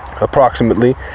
approximately